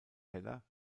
heller